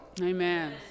Amen